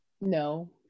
No